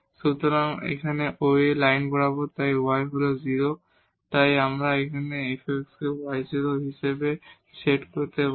সুতরাং এখানে এই OA লাইন বরাবর তাই y হল 0 তাই আমরা আমাদের fx কে y 0 হিসাবে সেট করতে পারি